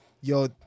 yo